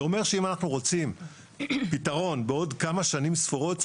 זה אומר שאם אנחנו רוצים פתרון בעוד כמה שנים ספורות,